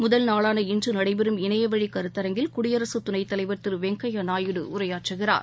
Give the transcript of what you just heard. முதல்நாளான இன்று நடைபெறும் இணையவழிக்கருத்தரங்கில் குடியரசு துணைத் தலைவர் திரு வெங்கய்ய நாயுடு உரையாற்றுகிறார்